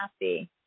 happy